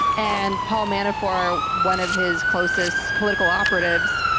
and paul manafort, one of his closest political operatives,